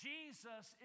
Jesus